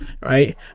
right